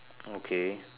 okay